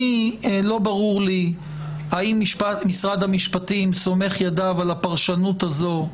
לי לא ברור האם משרד המשפטים סומך ידיו על הפרשנות הזו.